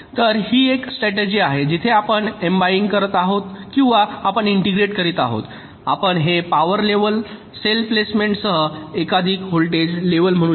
तर ही एक स्ट्रॅटेजि आहे जिथे आपण एम्बाईंग करत आहोत किंवा आपण इंटेग्रेटींग करीत आहोत आपण हे पॉवर लेव्हल सेल प्लेसमेंटसह एकाधिक व्होल्टेज लेवल म्हणू शकता